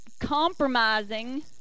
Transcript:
compromising